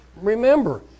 Remember